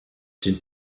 den